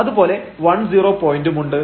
അതുപോലെ 10 പോയന്റുമുണ്ട്